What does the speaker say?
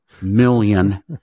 million